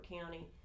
County